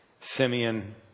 Simeon